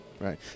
right